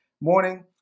morning